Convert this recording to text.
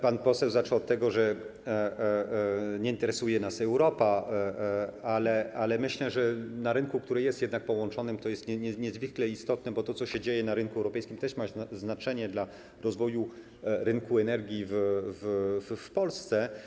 Pan poseł zaczął od tego, że nie interesuje nas Europa, ale myślę, że na rynku, który jest jednak połączony, to jest niezwykle istotne, bo to, co się dzieje na rynku europejskim, też ma znaczenie dla rozwoju rynku energii w Polsce.